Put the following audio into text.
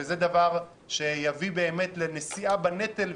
זה דבר שיביא לנשיאה בנטל,